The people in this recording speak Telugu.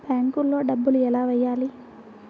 బ్యాంక్లో డబ్బులు ఎలా వెయ్యాలి?